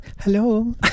hello